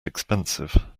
expensive